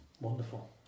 wonderful